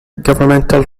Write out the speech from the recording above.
governmental